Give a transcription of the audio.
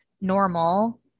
normal